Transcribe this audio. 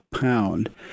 Pound